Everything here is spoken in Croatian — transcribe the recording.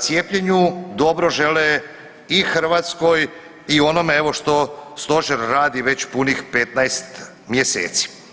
cijepljenju, dobro žele i Hrvatskoj i onome evo što Stožer radi već punih 15 mjeseci.